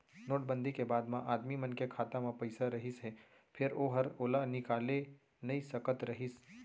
note बंदी के बाद म आदमी मन के खाता म पइसा रहिस हे फेर ओहर ओला निकाले नइ सकत रहिस